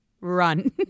Run